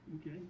Okay